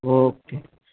okay